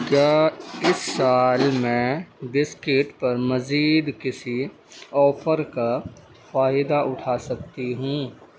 کیا اِس سال میں بسکٹ پر مزید کسی آفر کا فائدہ اُٹھا سکتی ہوں